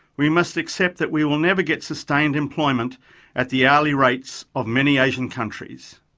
we must accept that we will never get sustained employment at the hourly rates of many asian countries.